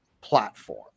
platform